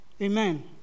amen